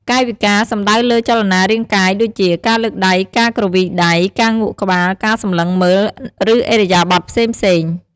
កាយវិការ សំដៅលើចលនារាងកាយដូចជា ការលើកដៃ ការគ្រវីដៃ ការងក់ក្បាល ការសម្លឹងមើល ឬឥរិយាបថផ្សេងៗ។